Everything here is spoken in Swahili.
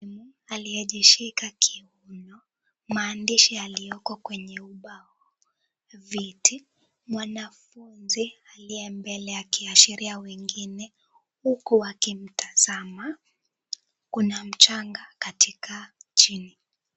Mwalimu aliyejishika kiuno, maandishi yaliyoko kwenye ubao. Vviti, mwanafunzi aliye mbele ya akiashiria wengine, huku wakimtazama. Kuna mchanga katika chini.